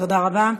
תודה רבה.